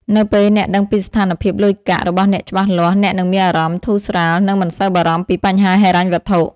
នៅពេលអ្នកដឹងពីស្ថានភាពលុយកាក់របស់អ្នកច្បាស់លាស់ អ្នកនឹងមានអារម្មណ៍ធូរស្រាល និងមិនសូវបារម្ភពីបញ្ហាហិរញ្ញវត្ថុ។